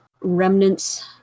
remnants